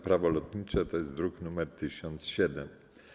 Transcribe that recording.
Prawo lotnicze, to jest druk nr 1007.